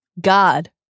God